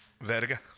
Verga